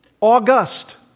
august